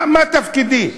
מה תפקידי?